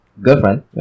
Girlfriend